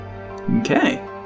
Okay